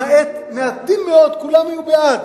למעט מעטים מאוד, כולם היו בעד.